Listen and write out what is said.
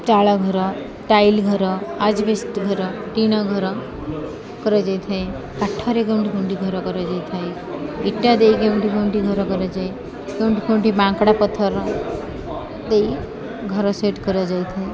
ତାଳ ଘର ଟାଇଲ ଘର ଆଜବେସ୍ଟ ଘର ଟିଣ ଘର କରାଯାଇଥାଏ କାଠରେ କେଉଁଠି କେଉଁଠି ଘର କରାଯାଇଥାଏ ଇଟା ଦେଇ କେଉଁଠି କେଉଁଠି ଘର କରାଯାଏ କେଉଁଠି କେଉଁଠି ମାଙ୍କଡ଼ା ପଥର ଦେଇ ଘର ସେଟ୍ କରାଯାଇଥାଏ